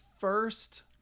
first